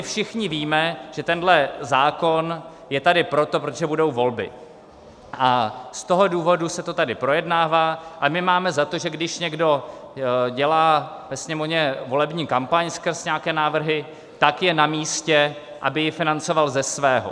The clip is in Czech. Všichni víme, že tenhle zákon je tady proto, protože budou volby, z toho důvodu se to tady projednává, a my máme za to, že když někdo dělá ve Sněmovně volební kampaň skrz nějaké návrhy, tak je namístě, aby ji financoval ze svého.